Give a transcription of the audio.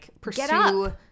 pursue